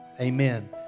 amen